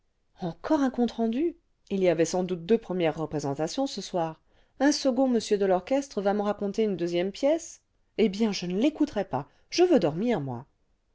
encore un compte rendu il y avait sans doute deux premières représentations ce soir un second monsieur de l'orchestre va me raconter une deuxième pièce eh bien je ne l'écouterai pas je veux dormir moi